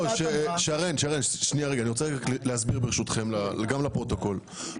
אני רוצה להסביר, ברשותכם, גם לפרוטוקול.